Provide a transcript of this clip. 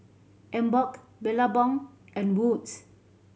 Emborg Billabong and Wood's